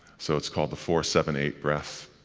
so it's called the four seven eight breath.